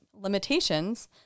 limitations